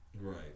Right